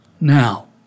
now